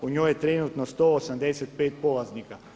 U njoj je trenutno 185 polaznika.